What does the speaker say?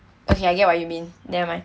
okay I get what you mean never mind